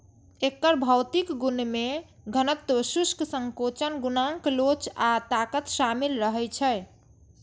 एकर भौतिक गुण मे घनत्व, शुष्क संकोचन गुणांक लोच आ ताकत शामिल रहै छै